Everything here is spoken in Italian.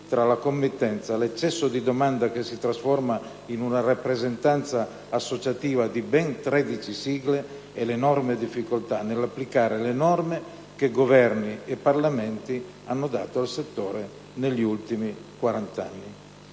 tra la committenza e l'eccesso di domanda, che si trasforma in una rappresentanza associativa di ben 13 sigle, e l'enorme difficoltà nell'applicare le norme che Governi e Parlamenti hanno dato al settore negli ultimi quarant'anni.